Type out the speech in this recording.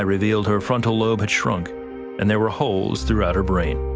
ah revealed her frontal lobe had shrunk and there were holes throughout her brain.